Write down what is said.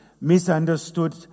misunderstood